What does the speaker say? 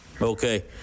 Okay